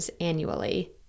annually